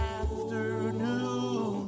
afternoon